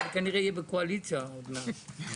ואני כנראה אהיה בקואליציה עוד מעט.